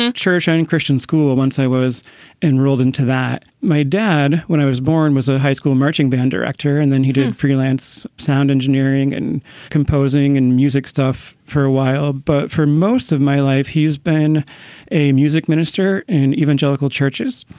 ah churchgoing christian school once i was enrolled into that. my dad, when i was born was a high school marching band director, and then he did freelance. sound engineering and composing and music stuff for a while, but for most of my life he's been a music minister and evangelical churches.